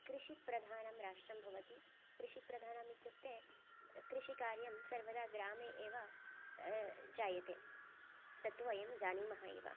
कृषिप्रधानं राष्ट्रं भवति कृषिप्रधानम् इत्युक्ते कृषिकार्यं सर्वदा ग्रामे एव जायते तत् वयं जानीमः एव